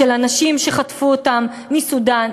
אנשים שחטפו אותם מסודאן,